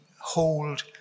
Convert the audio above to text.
hold